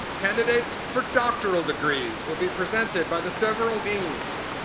candidates for doctoral degrees will be presented by the several deans.